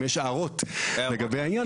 אם יש הערות לגבי העניין.